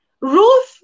Ruth